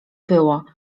było